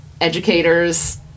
educators